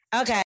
Okay